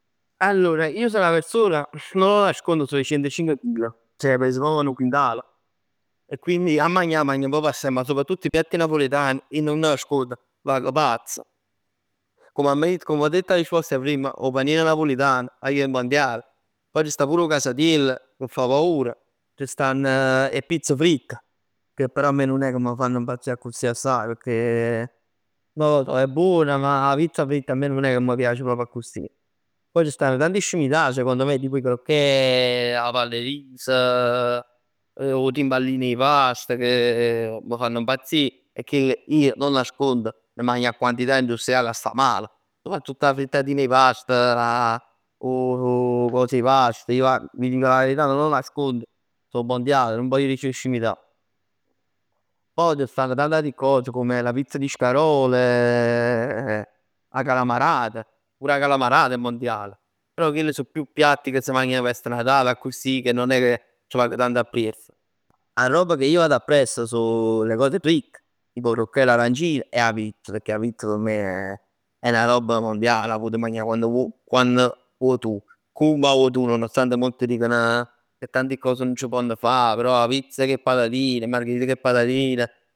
Allora ij so 'na persona, non lo nascondo, so 'e cientcinc chil, ceh pes proprj 'nu quintal. E quindi 'a magnà magn proprj assaj, ma soprattutto i piatti napoletani, ij nun nascond, vag pazz. Comm amma ditt, comm vi ho detto 'a rispost 'e prima, o' panin napulitan guagliò è mondial. Poj c' sta pur 'o casatiell ch' fa paur, c' stann 'e pizze fritt, che però a me nun è ca m' fann impazzì accussì assaj, pecchè non lo so è buona, ma la pizza fritta a me nun è ca m' piac proprj accussì. Poj ci stann tante scimità secondo me, tipo 'e crocchè, 'a pall 'e riso, 'o timballin 'e past, che m' fann impazzì, e che ij non nascondo, ne magn 'a quantità industriale, 'a sta male. Poj soprattutto 'a frittatin 'e past, 'o cos 'e past, ij vag, vi dico la verità non lo nascondo, so mondiali. Nun vogl dicere scimità. Poj c' stann tant ate cos, come la pizza di scarole, 'a calamarata, pur 'a calamarata è mondiale. Però chell so più piatti che s' magnan verso Natale accussì, che non è ca c' vag tant appriess. 'A robb che io vado appresso song 'e robbe fritte, tipo 'o crocchè e l'arancino, e 'a pizz. Pecchè 'a pizz p' me è 'na robb mondiale, t' può magnà quann ne vuò, quann vuò tu, comm' 'a vuò tu, nonostante molti dicono che tanti cos nun c' ponn fa, però 'a pizz cu 'e patatin, 'a margherit cu 'e patatin